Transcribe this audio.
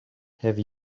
have